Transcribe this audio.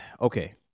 okay